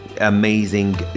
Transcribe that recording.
amazing